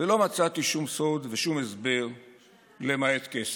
ולא מצאתי שום סוד ושום הסבר למעט כסף.